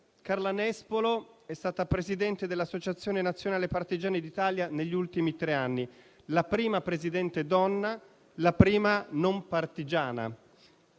Carla Nespolo è stata presidente dell'Associazione nazionale partigiani d'Italia negli ultimi tre anni, la prima presidente donna, la prima non partigiana.